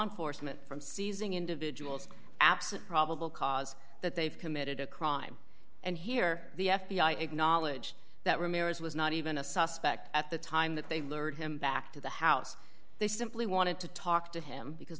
enforcement from seizing individuals absent probable cause that they've committed a crime and here the f b i acknowledged that remarries was not even a suspect at the time that they lured him back to the house they simply wanted to talk to him because